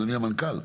אדוני המנכ"ל,